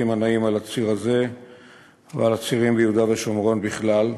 הנעים על הציר הזה ועל הצירים ביהודה ושומרון בכלל.